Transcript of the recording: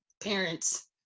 Parents